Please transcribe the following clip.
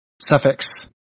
suffix